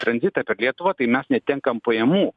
tranzitą per lietuvą tai mes netenkam pajamų